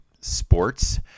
sports